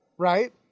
Right